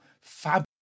fab